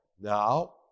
now